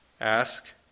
ask